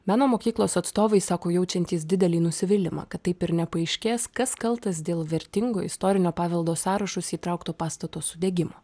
meno mokyklos atstovai sako jaučiantys didelį nusivylimą kad taip ir nepaaiškės kas kaltas dėl vertingo istorinio paveldo sąrašus įtraukto pastato sudegimo